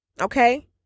Okay